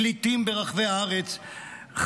פליטים ברחבי הארץ,